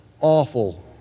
awful